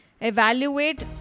evaluate